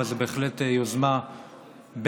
אבל זו בהחלט יוזמה בין-ממשלתית.